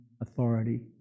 authority